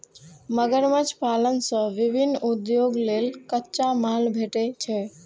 मगरमच्छ पालन सं विभिन्न उद्योग लेल कच्चा माल भेटै छै